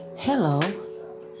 Hello